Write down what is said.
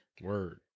Word